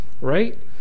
right